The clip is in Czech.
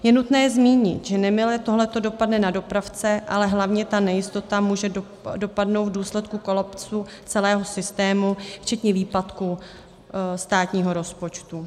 Je nutné zmínit, že nemile tohle dopadne na dopravce, ale hlavně ta nejistota může dopadnout v důsledku kolapsu celého systému včetně výpadku státního rozpočtu.